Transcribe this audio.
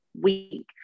week